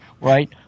right